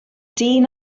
dyn